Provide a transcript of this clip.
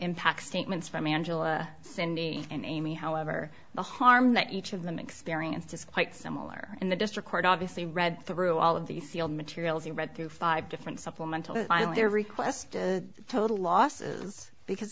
impact statements from angela cindy and amy however the harm that each of them experienced is quite similar in the district court obviously read through all of the sealed materials you read through five different supplemental finally their request is total losses because